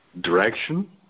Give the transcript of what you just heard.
direction